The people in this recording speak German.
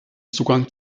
zugang